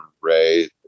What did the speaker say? Ray